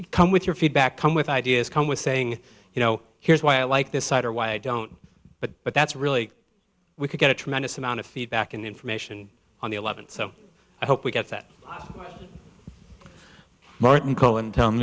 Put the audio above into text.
so come with your feedback come with ideas come with saying you know here's why i like this site or why don't but but that's really we could get a tremendous amount of feedback and information on the eleventh so i hope we get that martin cohen to